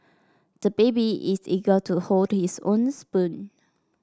the baby is eager to hold his own spoon